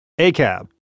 ACAB